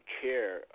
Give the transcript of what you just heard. care